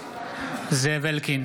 זאב אלקין,